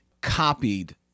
copied